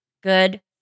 Good